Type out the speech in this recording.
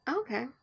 Okay